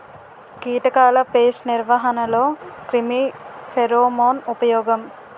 కీటకాల పేస్ట్ నిర్వహణలో క్రిమి ఫెరోమోన్ ఉపయోగం